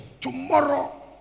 Tomorrow